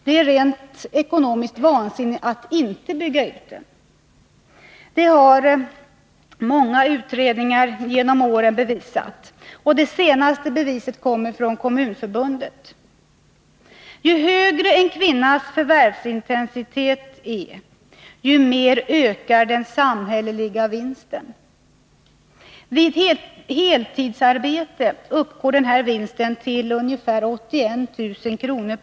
Det är rent ekonomiskt vansinne att inte bygga ut den — det har många utredningar genom åren bevisat. Det senaste beviset kommer från Kommunförbundet. Ju högre en kvinnas förvärvsintensitet är, desto mer ökar den samhälleliga vinsten. Vid heltidsarbete uppgår denna vinst till ca 81 000 kr.